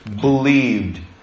believed